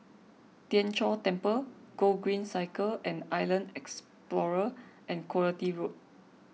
Tien Chor Temple Gogreen Cycle and Island Explorer and Quality Road